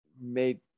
made